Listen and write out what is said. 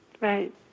right